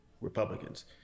Republicans